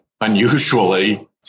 unusually